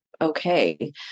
okay